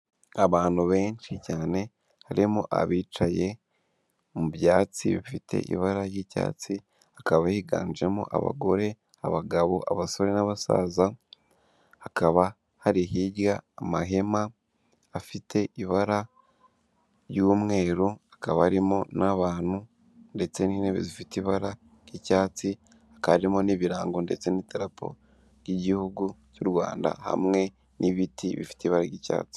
Abantu benshi cyane harimo abicaye mu byatsi bafite ibara ry'icyatsi hakaba higanjemo abagore, abagabo, abasore, n'abasaza, hakaba hari hirya n'amahema afite ibara ry'umweru, hakaba harimo n'abantu ndetse n'intebe zifite ibara ry'icyatsi, hakaba harimo n'ibirango ndetse n'idarapo ry'igihugu cy'u Rwanda hamwe n'ibiti bifite ibara ry'icyatsi.